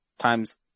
Times